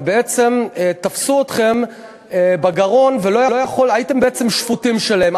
ובעצם תפסו אתכם בגרון והייתם בעצם שפוטים שלהם,